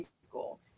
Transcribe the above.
school